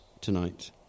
tonight